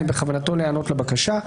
אם בכוונתו להיענות לבקשה.